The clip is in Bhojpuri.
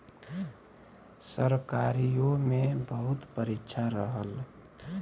सरकारीओ मे बहुत परीक्षा रहल